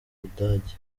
budage